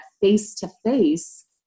face-to-face